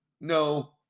No